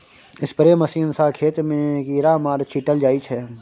spray machine सँ खेत मे कीरामार छीटल जाइ छै